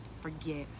forget